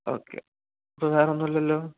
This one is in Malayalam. ഓക്കേ അപ്പോൾ വേറൊന്നുമില്ലല്ലോ